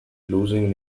losing